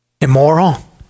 Immoral